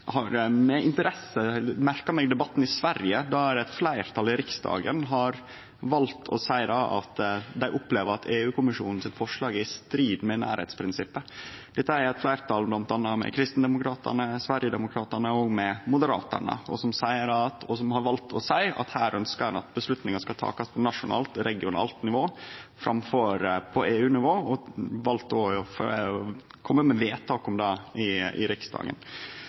har med interesse merka meg debatten i Sverige, der eit fleirtal i Riksdagen har valt å seie at dei opplever at forslaget frå EU-kommisjonen er i strid med nærleiksprinsippet. Dette er eit fleirtal med bl.a. Kristdemokraterna, Sverigedemokraterna og Moderaterna, som har valt å seie at her ønskjer ein at avgjerder skal takast på nasjonalt og regionalt nivå framfor på EU-nivå, og har valt å kome med vedtak om det i Riksdagen.